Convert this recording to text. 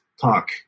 talk